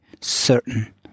certain